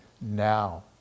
now